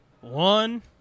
one